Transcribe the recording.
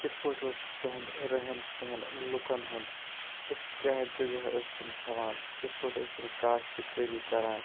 کِتھ پٲٹھۍ اوس تِہُنٛد رہن سہن لُکَن ہُنٛد کِتھ کیٛاہ غذا ٲسۍ تِم کھٮ۪وان کِتھ پٲٹھۍ ٲسۍ تِم کاشتٕکٲری کران